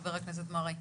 חבר הכנסת מרעי.